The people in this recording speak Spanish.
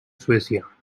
suecia